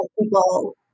people